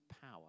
power